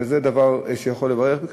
וזה דבר שיכול להביא ברכה.